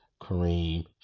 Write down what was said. Kareem